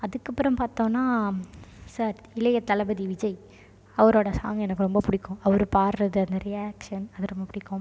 அதுக்கப்புறம் பார்த்தோன்னா சார் இளைய தளபதி விஜய் அவரோடய சாங் எனக்கு ரொம்ப பிடிக்கும் அவர் பாடுறது அந்த ரியாக்ஷன் அது ரொம்ப பிடிக்கும்